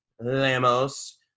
Lamos